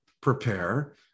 prepare